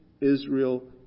Israel